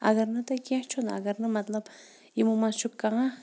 اگر نہٕ تہٕ کینٛہہ چھُنہٕ اگر نہٕ مطلب یِمو منٛز چھُ کانٛہہ